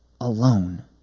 alone